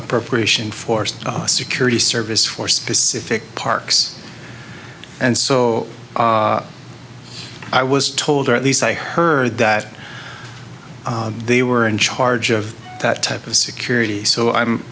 appropriation force security service for specific parks and so i was told at least i heard that they were in charge of that type of security so i'm